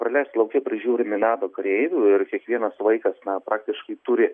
praleist lauke prižiūrimi nato kareivių ir kiekvienas vaikas na praktiškai turi